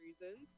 reasons